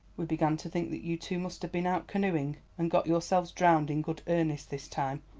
we began to think that you two must have been out canoeing and got yourselves drowned in good earnest this time.